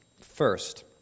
first